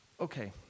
Okay